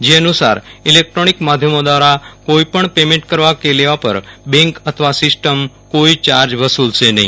જે અનુસાર ઇલેકટ્રોનીક માધ્યમો ધ્વારા કોઇપણ પેમેન્ટ કરવા કે લેવા પર બેંક અથવા સિસ્ટમ કોઇ ચાર્જ વસુલશે નહી